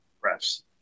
press